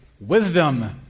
wisdom